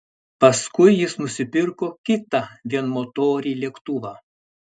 paskui jis nusipirko kitą vienmotorį lėktuvą